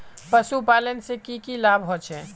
पशुपालन से की की लाभ होचे?